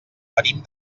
venim